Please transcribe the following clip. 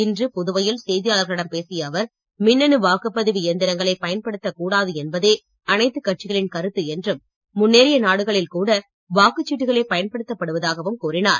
இன்று புதுவையில் செய்தியாளர்களிடம் பேசிய அவர் மின்னணு வாக்குப்பதிவு இயந்திரங்களை பயன்படுத்தக் கூடாது என்பதே அனைத்துக் கட்சிகளின் கருத்து என்றும் முன்னேறிய நாடுகளில் கூட வாக்குச் சீட்டுகளே பயன்படுத்தப் படுவதாகவும் கூறினார்